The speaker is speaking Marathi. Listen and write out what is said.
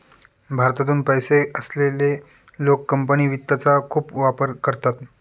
भारतातून पैसे असलेले लोक कंपनी वित्तचा खूप वापर करतात